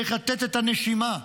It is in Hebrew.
לתת את הנשימה,